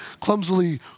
clumsily